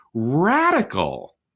radical